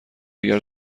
دیگر